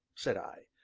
said i.